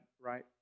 right